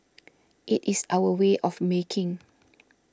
it is our way of making